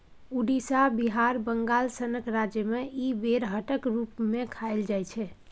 उड़ीसा, बिहार, बंगाल सनक राज्य मे इ बेरहटक रुप मे खाएल जाइ छै